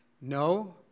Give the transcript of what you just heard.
no